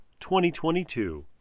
2022